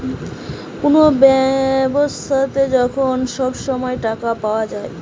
কুনো ব্যাবসাতে যখন সব সময় টাকা পায়া যাচ্ছে